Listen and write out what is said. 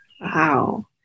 Wow